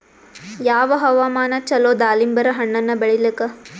ಯಾವ ಹವಾಮಾನ ಚಲೋ ದಾಲಿಂಬರ ಹಣ್ಣನ್ನ ಬೆಳಿಲಿಕ?